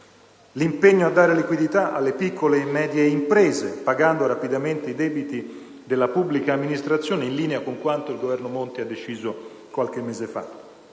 l'impegno a dare liquidità alle piccole e medie imprese, pagando rapidamente i debiti della pubblica amministrazione, in linea con quanto il Governo Monti ha deciso qualche mese fa;